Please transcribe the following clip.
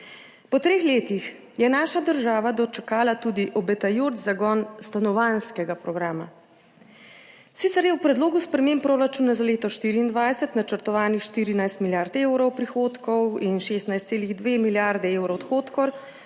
Po treh letih je naša država dočakala tudi obetajoč zagon stanovanjskega programa. Sicer je v predlogu sprememb proračuna za leto 2024 načrtovanih 14 milijard evrov prihodkov in 16,2 milijardi evrov odhodkov,